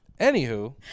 anywho